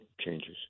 changes